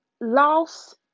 loss